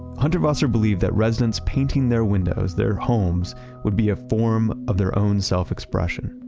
hundertwasser believed that residents painting their windows, their homes would be a form of their own self expression.